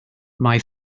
mae